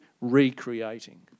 recreating